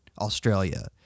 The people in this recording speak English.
australia